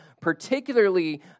particularly